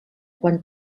quan